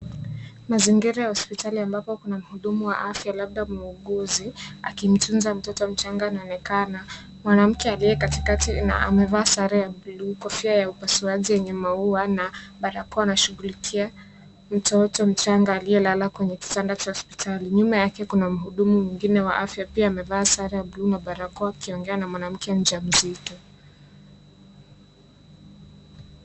Mazingira ya hospitali ambapo kuna muhudumu wa afya labda muuguzi, akimtunza mtoto mchanga anaonekana, mwanamke aliye katikati na amevaa sare ya (cs)blue(cs), kofia ya upasuaji yenye maua, na, barakoa, ana, shugulikia mtoto mchanga aliyelala kwenye kitanda cha hospitali, nyuma yake kuna muhudumu mwingine wa afya pia amevaa sare ya (cs)blue(cs),na barakoa, akiongea na mwanamke mja mzito.